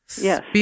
Yes